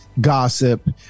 gossip